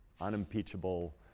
unimpeachable